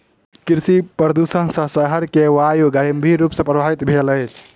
कृषि प्रदुषण सॅ शहर के वायु गंभीर रूप सॅ प्रभवित भेल अछि